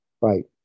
Right